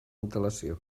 antelació